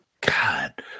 God